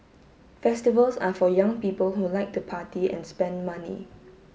festivals are for young people who like to party and spend money